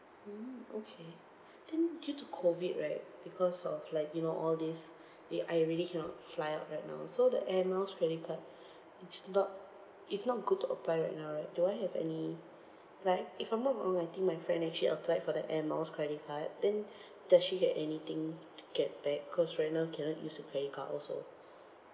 mm okay then due to COVID right because of like you know all these where I really cannot fly out right now so the air miles credit card it's not it's not good to apply right now right do I have any like if I'm not wrong I think my friend actually applied for the air miles credit card then does she get anything to get back cause right now cannot use the credit card also